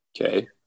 Okay